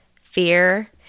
fear